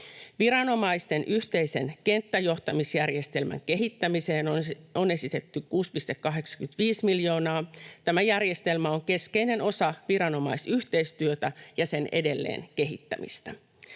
Viranomaisten yhteisen kenttäjohtamisjärjestelmän kehittämiseen on esitetty 6,85 miljoonaa. Tämä järjestelmä on keskeinen osa viranomaisyhteistyötä ja sen edelleenkehittämistä.